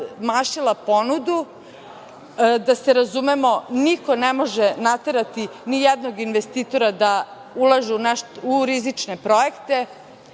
nadmašila ponudu. Da se razumemo, niko ne može naterati nijednog investitora da ulaže u rizične projekte,